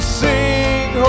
sing